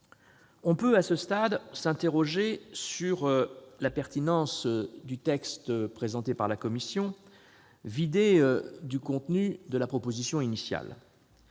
On peut à ce stade s'interroger sur la pertinence du texte présenté par la commission, vidé du contenu de la proposition de loi initiale.